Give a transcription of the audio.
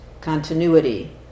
continuity